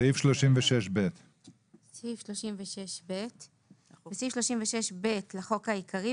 סעיף 36ב. תיקון סעיף 36ב 22. בסעיף 36ב לחוק העיקרי,